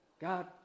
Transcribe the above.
God